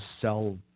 sell